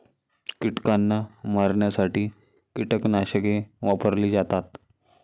कीटकांना मारण्यासाठी कीटकनाशके वापरली जातात